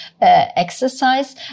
exercise